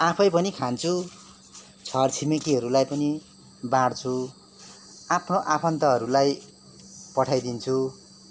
आफैँ पनि खान्छु छर छिमेकीहरूलाई पनि बाँड्छु आफ्ना आफन्तहरूलाई पठाइदिन्छु